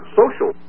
social